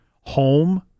home